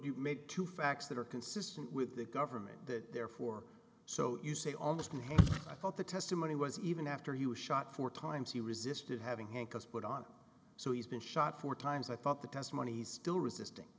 you make two facts that are consistent with a government that therefore so you say almost i thought the testimony was even after he was shot four times he resisted having hankers put on so he's been shot four times i thought the testimony still resisting